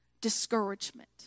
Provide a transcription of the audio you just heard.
discouragement